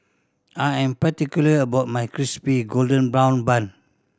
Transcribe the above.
I am particular about my Crispy Golden Brown Bun